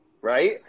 right